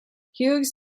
hughes